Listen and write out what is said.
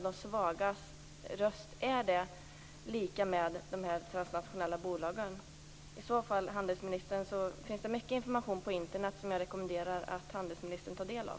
De svagas röst - är det de transnationella bolagen? I så fall, handelsministern, finns det mycket information på Internet som jag rekommenderar att handelsministern tar del av.